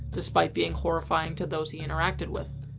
despite being horrifying to those he interacted with.